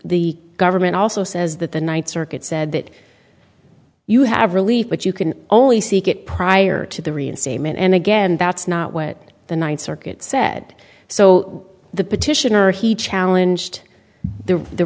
the government also says that the ninth circuit said that you have relief but you can only seek it prior to the reinstatement and again that's not what the ninth circuit said so the petitioner he challenge to the the